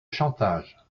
chantage